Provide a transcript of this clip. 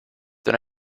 then